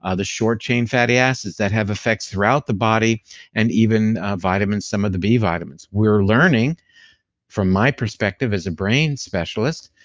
ah the short chain fatty acids that have effects throughout the body and even vitamins, some of the b vitamins. we're learning form my perspective as a brain specialist,